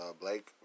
Blake